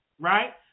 right